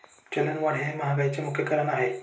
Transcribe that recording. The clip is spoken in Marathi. चलनवाढ हे महागाईचे मुख्य कारण आहे